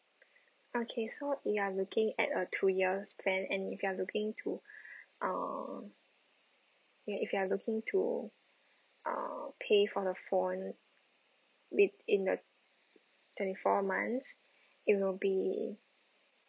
okay so you are looking at a two years plan and if you are looking to uh ya if you are looking to uh pay for the phone with in a twenty four months it will be